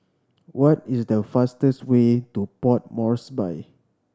what is the fastest way to Port Moresby